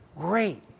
great